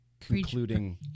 concluding